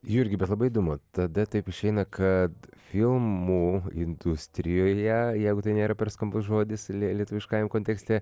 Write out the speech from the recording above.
jurgi bet labai įdomu tada taip išeina kad filmų industrijoje jeigu tai nėra per skambus žodis lie lietuviškajam kontekste